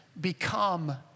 become